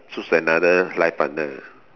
choose another life under